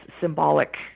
symbolic